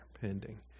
pending